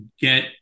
get